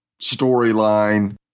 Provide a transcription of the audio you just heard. storyline